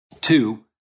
two